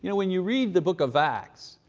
you know when you read the book of acts,